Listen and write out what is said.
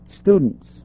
students